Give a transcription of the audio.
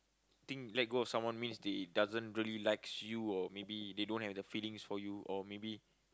think let go of someone means they doesn't really likes you or maybe they don't have the feelings for you or maybe